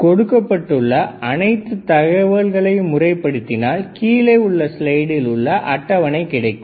கொடுக்கப்பட்டுள்ள அனைத்து தகவல்களையும் முறைப்படுத்தினால் கீழே உள்ள ஸ்லைடில் உள்ள அட்டவணை கிடைக்கும்